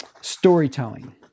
storytelling